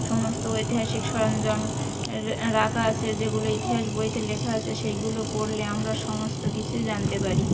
সমস্ত ঐতিহাসিক সরঞ্জাম রা রাখা আসে যেগুলো ইতিহাস বইতে লেখা আছে সেইগুলো পড়লে আমরা সমস্ত কিছু জানতে পারি